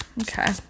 Okay